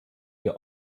wir